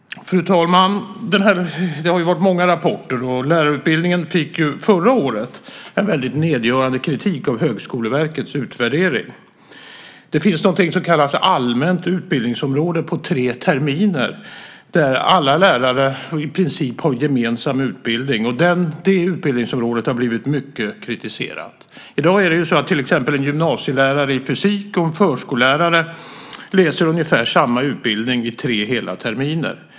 Fru talman! Det har varit många rapporter, och lärarutbildningen fick ju förra året en väldigt nedgörande kritik i Högskoleverkets utvärdering. Det finns någonting som kallas allmänt utbildningsområde på tre terminer där alla lärare i princip har gemensam utbildning. Det utbildningsområdet har blivit mycket kritiserat. I dag är det till exempel så att en gymnasielärare i fysik och en förskollärare läser ungefär samma utbildning i tre hela terminer.